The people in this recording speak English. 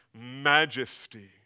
majesty